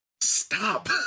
Stop